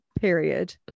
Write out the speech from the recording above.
period